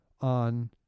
on